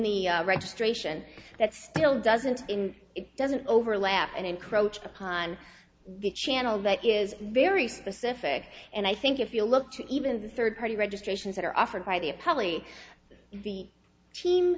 the registration that still doesn't in it doesn't overlap and encroach upon the channel that is very specific and i think if you look to even the third party registrations that are offered by the a probably the team